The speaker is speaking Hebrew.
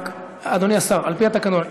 רק, אדוני השר, על-פי התקנון.